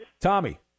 Tommy